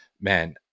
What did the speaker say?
man